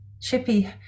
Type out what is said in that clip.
Chippy